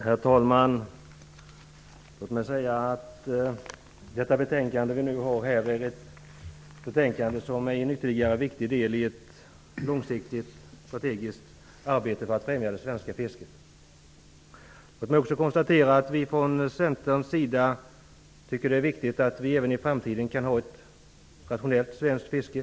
Herr talman! Låt mig säga att detta betänkande är ytterligare en viktig del i ett långsiktigt strategiskt arbete för att främja det svenska fisket. Låt mig också konstatera att vi i Centern tycker att det är viktigt att vi även i framtiden kan ha ett rationellt svenskt fiske.